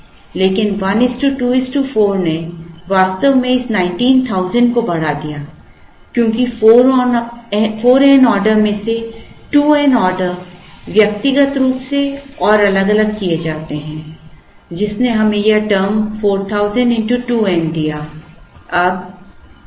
लेकिन 1 2 4 ने वास्तव में इस 19000 को बढ़ा दिया क्योंकि 4 n ऑर्डर में से 2 n ऑर्डर व्यक्तिगत रूप से और अलग अलग किए जाते हैं जिसने हमें यह term 4000 x 2 n दिया